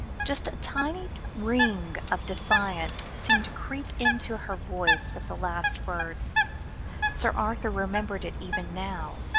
just a tiny ring of defiance seemed to creep into her voice with the last words sir arthur remembered it even now,